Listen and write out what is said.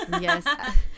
Yes